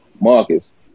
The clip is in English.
Marcus